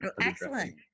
excellent